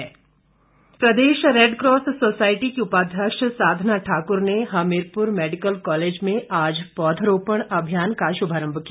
पौधरोपण प्रदेश red cross society की उपाध्यक्ष साधना ठाकुर ने हमीरपुर मैडिकल कॉलेज में आज पौधरोपण अभियान का शुभारंभ किया